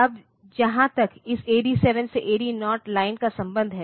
अब जहां तक इस AD 7 से AD 0 लाइन का संबंध है